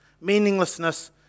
meaninglessness